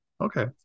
Okay